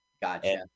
Gotcha